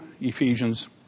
Ephesians